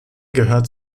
gehört